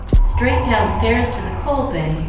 straight downstairs to the coal-bin,